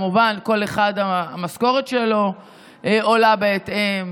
וכמובן שהמשכורת של כל אחד עולה בהתאם.